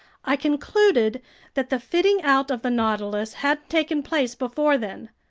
i concluded that the fitting out of the nautilus hadn't taken place before then.